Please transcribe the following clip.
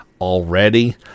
already